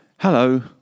Hello